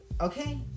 okay